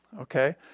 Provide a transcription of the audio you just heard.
okay